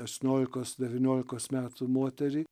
aštuoniolikos devyniolikos metų moterį